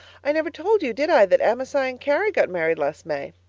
i never told you, did i, that amasai and carrie got married last may?